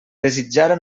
desitjara